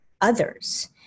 others